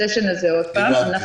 הסיישן הזה עוד פעם.